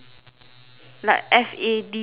like F A D fad